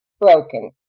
broken